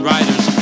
Riders